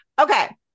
okay